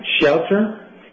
shelter